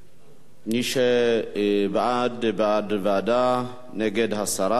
מי שבעד בעד ועדה, נגד, הסרה.